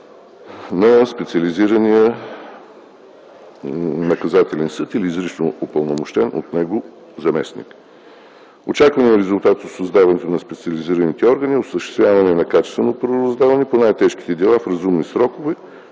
на специализирания наказателен съд или изрично упълномощен от него заместник. Очакваният резултат от създаването на специализираните органи е осъществяване на качествено правораздаване по най-тежките дела в разумни срокове